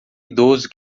idoso